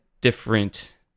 different